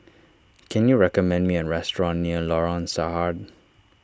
can you recommend me a restaurant near Lorong Sarhad